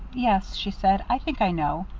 yes, she said, i think i know.